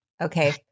Okay